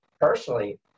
personally